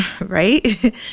right